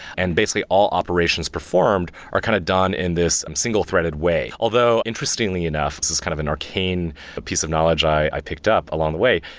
and basically, all operations performed are kind of done in this single-threaded way. although interestingly enough, this is kind of an arcane piece of knowledge i picked up along the way,